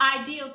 ideal